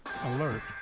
Alert